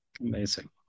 Amazing